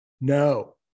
no